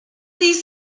these